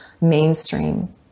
mainstream